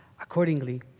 accordingly